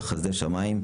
בחסדי שמיים,